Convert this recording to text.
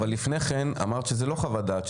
אבל לפני כן אמרת שזו לא חוות דעת,